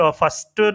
first